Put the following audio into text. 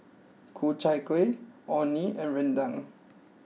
Ku Chai Kueh Orh Nee and Rendang